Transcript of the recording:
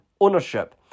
ownership